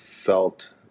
felt